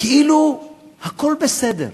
כאילו הכול בסדר.